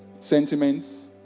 sentiments